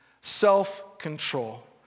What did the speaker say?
Self-control